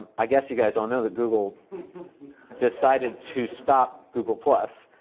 i guess you guys all know that google decided to stop google plus,